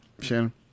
Shannon